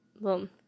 Boom